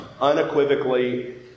Unequivocally